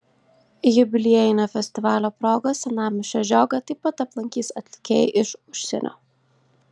jubiliejinio festivalio proga senamiesčio žiogą taip pat aplankys atlikėjai iš užsienio